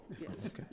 yes